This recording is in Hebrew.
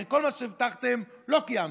הרי כל מה שהבטחתם לא קיימתם.